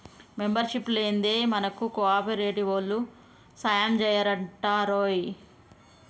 membership లేందే మనకు కోఆపరేటివోల్లు సాయంజెయ్యరటరోయ్